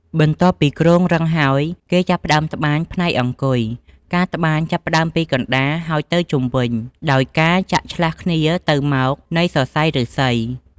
បន្ទាប់ពីគ្រោងរឹងហើយ គេចាប់ផ្តើមត្បាញផ្នែកអង្គុយ ការត្បាញចាប់ផ្តើមពីកណ្តាលហើយទៅជុំវិញ ដោយការចាក់ឆ្លាស់គ្នាទៅមក នៃសរសៃឬស្សី។